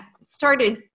started